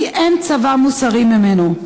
כי אין צבא מוסרי ממנו.